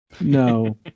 no